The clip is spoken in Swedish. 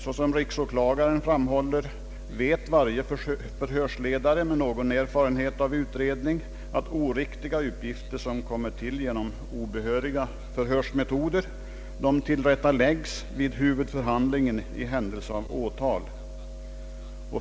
Såsom riksåklagaren framhåller vet varje förhörsledare med någon erfarenhet av utredning att oriktiga uppgifter, som kommer till genom obehöriga förhörsmetoder, tillrättaläggs vid huvudförhandlingen i händelse av åtal.